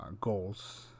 goals